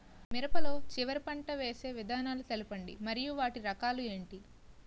మిరప లో చివర పంట వేసి విధానాలను తెలపండి మరియు వాటి రకాలు ఏంటి